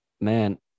man